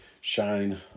shine